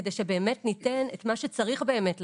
כדי שבאמת ניתן את מה שצריך באמת לתת,